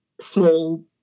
small